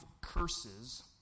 curses